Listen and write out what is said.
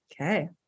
Okay